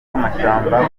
amashyamba